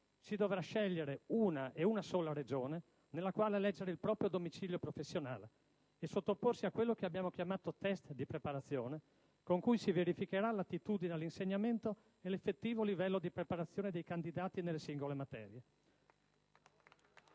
Si dovrà scegliere una e una sola Regione nella quale eleggere il proprio domicilio professionale e sottoporsi a quello che abbiamo chiamato «test di preparazione», con cui si verificherà l'attitudine all'insegnamento e l'effettivo livello di preparazione dei candidati nelle singole materie.